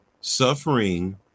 Suffering